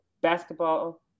basketball